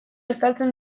estaltzen